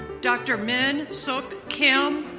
dr. min suk kim